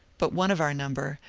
but one of our number,